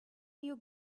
you